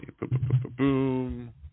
boom